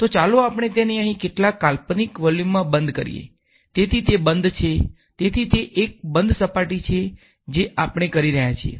અને ચાલો આપણે તેને અહીં કેટલાક કાલ્પનિક વોલ્યુમમાં બંધ કરીએ તેથી તે બંધ છે તેથી તે એક બંધ સપાટી છે જે આપણે કરી રહ્યા છીએ